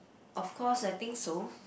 of course I think so